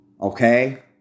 Okay